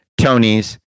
Tonys